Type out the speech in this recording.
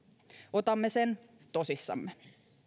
otamme sen tosissamme